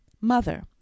Mother